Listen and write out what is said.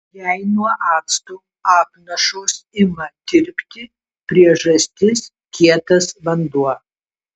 jei nuo acto apnašos ima tirpti priežastis kietas vanduo